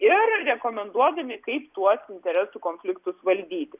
ir rekomenduodami kaip tuos interesų konfliktus valdyti